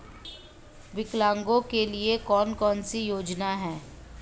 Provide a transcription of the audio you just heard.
विकलांगों के लिए कौन कौनसी योजना है?